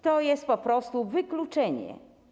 To jest po prostu wykluczenie.